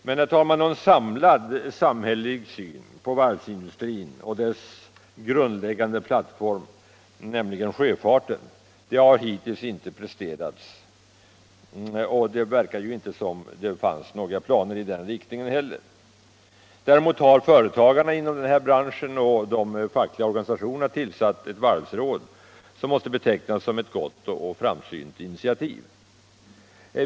Men, herr talman, någon samlad samhällelig syn på varvsindustrin och dess grundläggande plattform, nämligen sjöfarten, har hittills inte presterats, och det verkar inte som om det fanns några planer i den riktningen heller. Däremot har företagarna inom denna bransch och de fackliga organisationerna tillsatt ett varvsråd, något som måste betecknas som ett gott och framsynt initiativ.